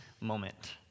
moment